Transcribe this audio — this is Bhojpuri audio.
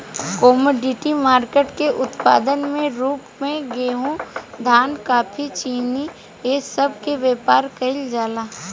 कमोडिटी मार्केट के उत्पाद के रूप में गेहूं धान कॉफी चीनी ए सब के व्यापार केइल जाला